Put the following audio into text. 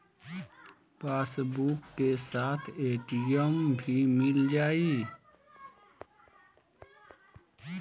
Passbook के साथ ATM भी मील जाई?